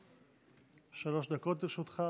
שלוש דקות לרשותך,